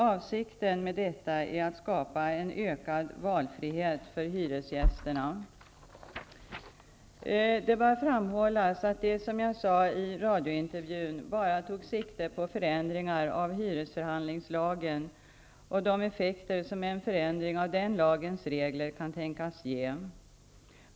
Avsikten med detta är att skapa en ökad valfrihet för hyresgästerna. Det bör framhållas att det som jag sade i radiointervjun bara tog sikte på förändringar av hyresförhandlingslagen och de effekter som en förändring av den lagens regler kan tänkas ge.